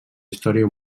història